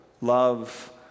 love